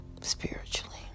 spiritually